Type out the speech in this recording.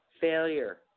failure